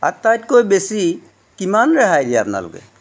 আটাইতকৈ বেছি কিমান ৰেহাই দিয়ে আপোনালোকে